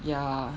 ya